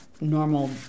normal